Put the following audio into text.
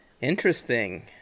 interesting